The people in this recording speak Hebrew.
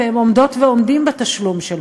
והם עומדות ועומדים בתשלום שלו.